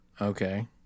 Okay